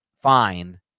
fine